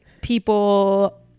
people